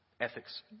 ethics